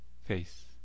face